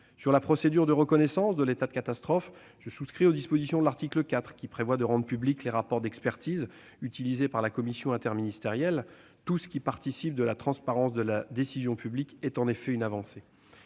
Sur la procédure de reconnaissance de l'état de catastrophe naturelle, je souscris aux dispositions de l'article 4 qui prévoient de rendre publics les rapports d'expertise utilisés par la commission interministérielle. Tout ce qui participe de la transparence de la décision publique représente en effet une avancée.